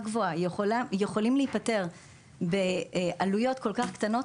גבוהה יכולים להיפתר בעלויות כל כך קטנות,